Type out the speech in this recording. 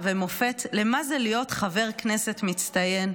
ומופת של מה זה להיות חבר הכנסת מצטיין.